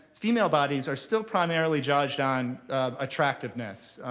female bodies are still primarily judged on attractiveness,